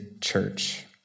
church